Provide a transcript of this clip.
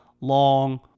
long